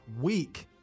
week